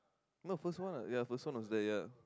no first one ya first one was there ya